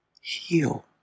heal